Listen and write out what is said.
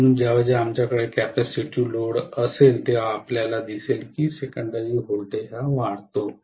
म्हणून जेव्हा जेव्हा आमच्याकडे कॅपेसिटिव लोड असेल तेव्हा आपल्याला दिसेल की सेकंडरी व्होल्टेज वाढतो